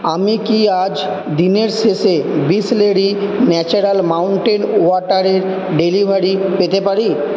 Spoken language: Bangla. আমি কি আজ দিনের শেষে বিসলেরি ন্যাচারাল মাউন্টেন ওয়াটারের ডেলিভারি পেতে পারি